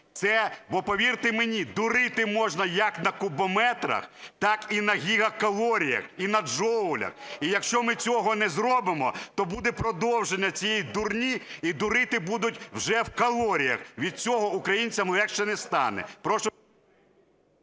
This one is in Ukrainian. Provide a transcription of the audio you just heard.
Бо повірте мені, дурити можна як на кубометрах, так і на гігакалоріях, і на джоулях. І якщо ми цього не зробимо, то буде продовження цієї дурні і дурити будуть вже в калоріях, від цього українцям легше не стане.